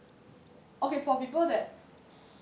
okay for people that